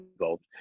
involved